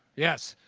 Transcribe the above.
yes.